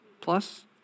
plus